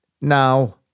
Now